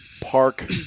park